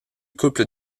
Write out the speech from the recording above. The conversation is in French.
couples